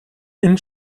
une